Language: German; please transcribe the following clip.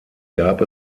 gab